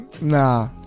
Nah